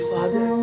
Father